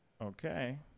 Okay